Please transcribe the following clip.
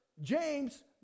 James